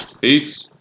Peace